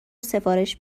سفارش